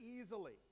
easily